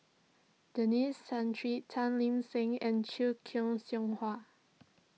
Denis Santry Tan Lip Seng and Siew Hua